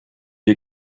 wir